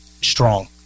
strong